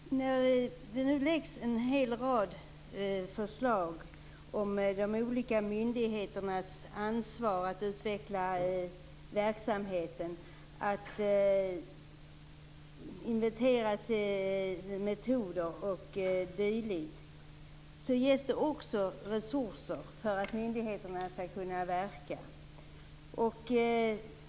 Fru talman! När det nu läggs fram en hel rad förslag om de olika myndigheternas ansvar för att utveckla verksamheten och för att inventera metoder o.d. ges det också resurser för att myndigheterna skall kunna verka.